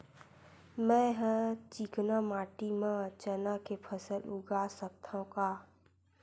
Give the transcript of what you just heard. मै ह चिकना माटी म चना के फसल उगा सकथव का?